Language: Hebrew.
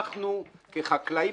אנחנו כחקלאים,